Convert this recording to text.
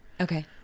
Okay